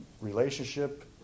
relationship